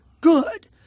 good